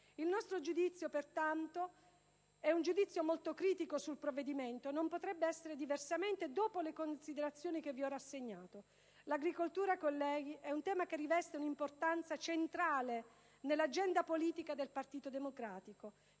Il nostro giudizio pertanto è molto critico sul provvedimento e non potrebbe essere diversamente dopo le considerazioni che vi ho rassegnato. L'agricoltura, colleghi, è un tema che riveste un'importanza centrale nell'agenda politica del Partito Democratico.